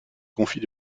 confit